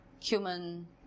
cumin